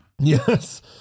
Yes